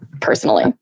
Personally